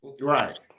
Right